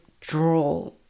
draw